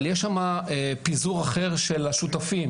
אבל יש שם פיזור אחר של השותפים.